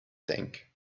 tank